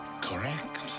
Correct